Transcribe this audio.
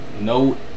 No